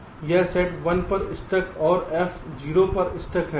तो यह सेट 1 पर स्टक और F 0 पर स्टक है